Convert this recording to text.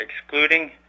excluding